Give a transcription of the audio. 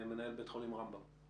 מנהל בית החולים רמב"ם.